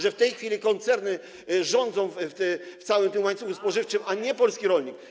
Że w tej chwili koncerny rządzą w całym tym łańcuchu spożywczym, a nie polski rolnik?